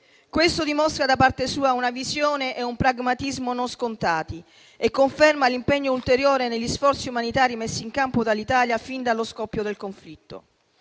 Questo dimostra da parte sua una visione e un pragmatismo non scontati e conferma l'impegno ulteriore negli sforzi umanitari messi in campo dall'Italia fin dallo scoppio del conflitto.